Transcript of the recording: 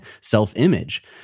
self-image